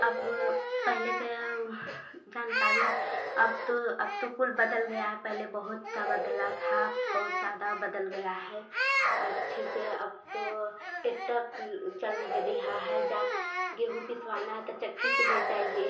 अब पहले का ऊ जानकारी अब तो अब तो कुल बदल गया है पहले बहुत सा बदला था बहुत ज़्यादा बदल गया है अच्छे से अब तो टेक्टर फुल चल दिया है जात गेहूँ पिसवाना है तो चक्की पर ले जाइए